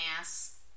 Ass